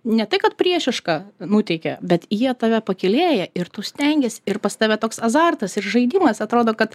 ne tai kad priešišką nuteikia bet jie tave pakylėja ir tu stengiesi ir pas tave toks azartas ir žaidimas atrodo kad